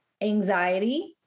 anxiety